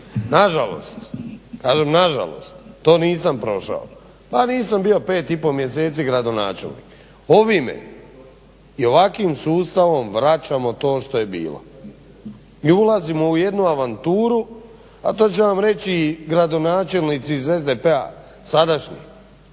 na žalost. To nisam prošao, …/Ne razumije se./… nisam bio 5 i po mjeseci gradonačelnik. Ovime i ovakvim sustavom vraćamo to što je bilo. Mi ulazimo u jednu avanturu, a to će vam reći i gradonačelnici iz SDP-a sadašnji,